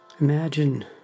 Imagine